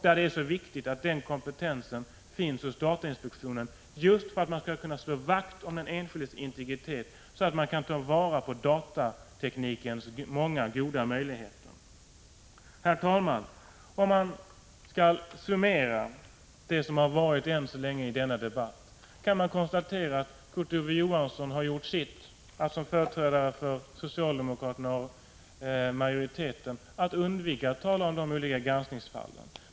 Det är viktigt att denna kompetens finns hos datainspektionen just för att man skall kunna slå vakt om den enskildes integritet så att man kan ta till vara datateknikens många goda möjligheter. Herr talman! Om man skall summera det som hittills har sagts i denna — Prot. 1985/86:146 debatt kan man konstatera att Kurt Ove Johansson har gjort sitt för att som 21 maj 1986 företrädare för socialdemokraterna och majoriteten undvika att tala om de k Granskning av statsrå olika granskningsfallen.